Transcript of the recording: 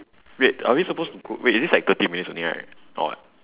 wait are we supposed to go wait is this like thirty minutes only right or what